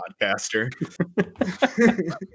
podcaster